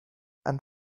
and